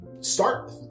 start